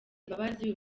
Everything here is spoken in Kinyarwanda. imbabazi